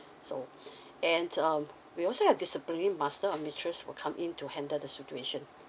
so and um we also have discipline master or mistress will come in to handle the situation